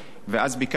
היא עבדה,